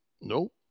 Nope